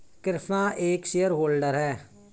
कृष्णा एक shareholder है